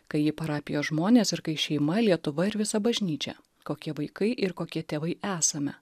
kai ji parapijos žmonės ir kai šeima lietuva ir visa bažnyčia kokie vaikai ir kokie tėvai esame